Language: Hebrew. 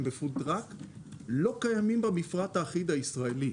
בפוד-טראק לא קיימים במפרט האחיד הישראלי.